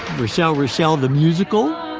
rochelle, rochelle the musical